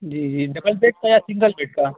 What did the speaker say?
جی جی double bed کا یا سنگل بیڈ کا